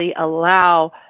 allow